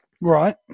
Right